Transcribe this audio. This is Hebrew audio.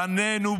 בנינו,